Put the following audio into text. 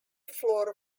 floor